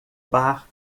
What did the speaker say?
bar